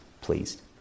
pleased